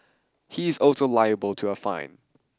he is also liable to a fine